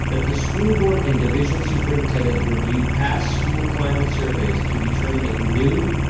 that the school board and division superintendent review past school climate surveys to determine if new,